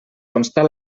constar